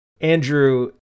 Andrew